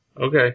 Okay